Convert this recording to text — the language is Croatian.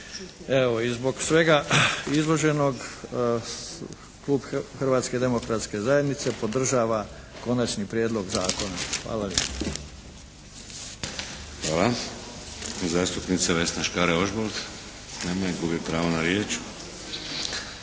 Evo i zbog svega izloženog klub Hrvatske demokratske zajednice podržava konačni prijedlog zakona. Hvala lijepa. **Šeks, Vladimir (HDZ)** Hvala. Zastupnica Vesna Škare Ožbolt. Nema je. Gubi pravo na riječ.